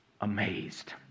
amazed